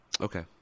Okay